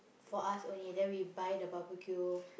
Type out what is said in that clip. for us only then we buy the barbeque